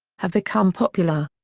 have become popular.